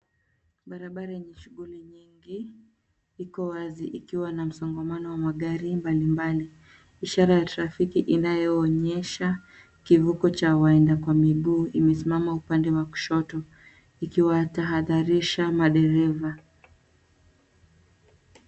Barabara yenye shughuli nyingi Iko wazi ikiwa na msongamano wa magari mbalimbali . Ishara ya trafiki inayoonyesha kivuko cha waenda kwa miguu imesimama upande wa kushoto ikiwatahadharisha madereva.